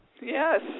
Yes